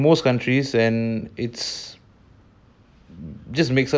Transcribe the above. people who basically put themselves in the line of danger